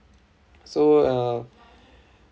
so uh